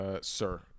Sir